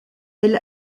elle